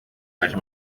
baje